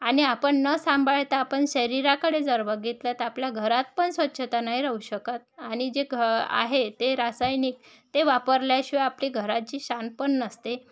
आणि आपण न सांभाळता आपण शरीराकडे जर बघितलं तर आपल्या घरात पण स्वच्छता नाही राहू शकत आणि जे घ आहे ते रासायनिक ते वापरल्याशिवाय आपली घराची शान पण नसते